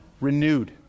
renewed